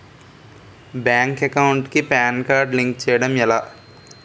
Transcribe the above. Bank account కి PAN card link చేయడం ఎలా?